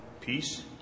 peace